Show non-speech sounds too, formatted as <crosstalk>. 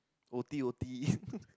o_t_o_t <laughs>